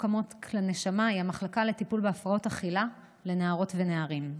עמוק לנשמה היא המחלקה לטיפול בהפרעות אכילה לנערות ונערים.